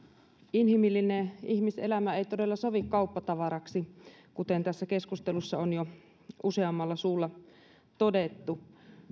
inhimillinen ihmiselämä ei ei todella sovi kauppatavaraksi kuten tässä keskustelussa on jo useammalla suulla todettu